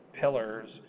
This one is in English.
pillars